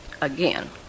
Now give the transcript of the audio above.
again